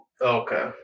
Okay